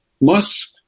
Musk